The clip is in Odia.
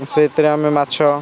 ସେଇଥିରେ ଆମେ ମାଛ